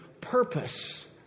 purpose